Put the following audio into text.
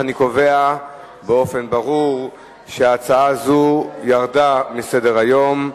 אני קובע באופן ברור שההצעה הזו ירדה מסדר-היום.